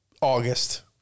August